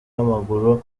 w’amaguru